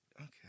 okay